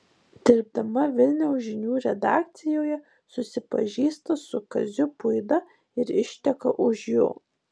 dirbdama vilniaus žinių redakcijoje susipažįsta su kaziu puida ir išteka už jo